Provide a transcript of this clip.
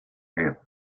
guerra